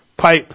pipe